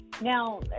Now